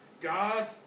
God